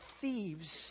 thieves